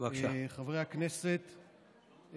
חברי הכנסת,